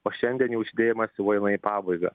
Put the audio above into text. o šiandien jų žydėjimas jau eina į pabaigą